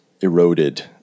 eroded